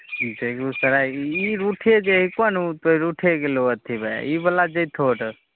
बेगूसराय ई रूटे जे हइ कोन ओ तोँ रूटे गेलऽ अथी भए ईवला जएतहो रहै